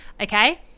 okay